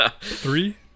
Three